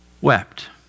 wept